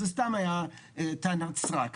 זה סתם היה טענת סרק.